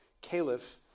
caliph